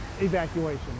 evacuation